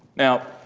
now,